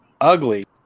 ugly